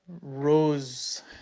rose